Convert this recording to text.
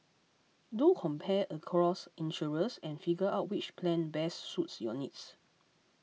do compare across insurers and figure out which plan best suits your needs